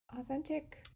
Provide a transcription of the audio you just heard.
Authentic